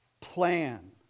plan